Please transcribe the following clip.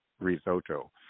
risotto